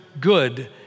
good